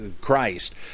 Christ